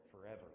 forever